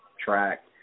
track